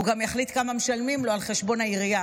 הוא גם יחליט כמה משלמים לו על חשבון העירייה.